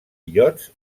illots